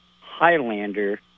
Highlander